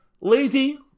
lazy